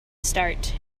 start